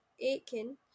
Aiken